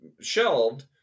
shelved